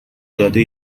داده